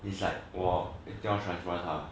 it's like 我一定要 transfer 他